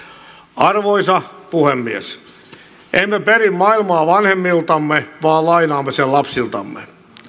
arvoisa puhemies emme peri maailmaa vanhemmiltamme vaan lainaamme sen lapsiltamme